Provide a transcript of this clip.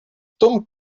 tom